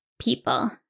people